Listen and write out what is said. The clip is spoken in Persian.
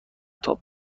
تاپ